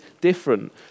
different